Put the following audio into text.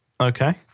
Okay